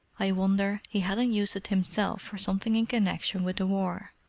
i wonder he hadn't used it himself for something in connexion with the war.